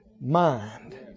mind